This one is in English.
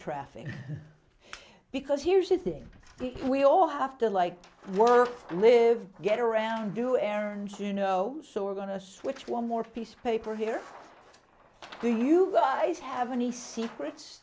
traffic because here's the thing we all have to like we're live get around do errands you know so we're going to switch one more piece of paper here do you guys have any secrets